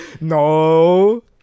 No